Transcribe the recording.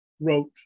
wrote